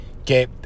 okay